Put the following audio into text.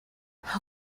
how